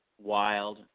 wild